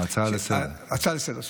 הצעה לסדר-היום.